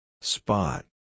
Spot